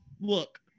look